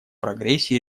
прогрессе